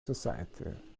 society